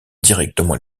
directement